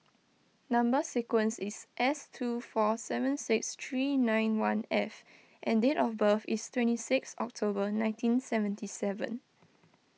Number Sequence is S two four seven six three nine one F and date of birth is twenty sixth October nineteen seventy seven